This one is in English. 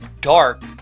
dark